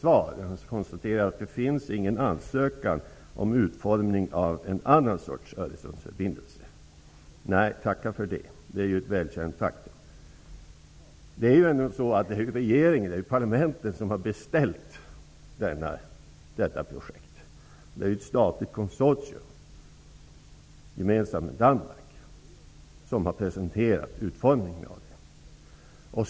Han konstaterar där att det inte finns någon ansökan om utformning av något annat slags Öresundsförbindelse. Nej, tacka för det! Det är ju ett välkänt faktum. Det är ju ändå regeringen och parlamentet som har beställt detta projekt. Det är ett statligt konsortium -- som är gemensamt för Sverige och Danmark -- som har presenterat utformningen av det.